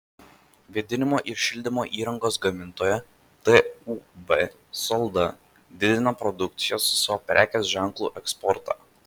vėdinimo ir šildymo įrangos gamintoja tūb salda didina produkcijos su savo prekės ženklu eksportą